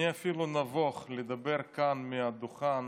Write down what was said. אני אפילו נבוך לדבר כאן מהדוכן